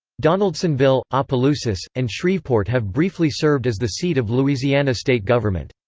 donaldsonville, um opelousas, and shreveport have briefly served as the seat of louisiana state government.